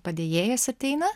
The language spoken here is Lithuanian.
padėjėjas ateina